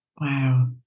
Wow